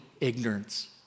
ignorance